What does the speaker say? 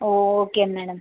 O okay madam